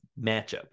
matchup